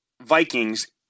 Vikings